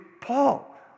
Paul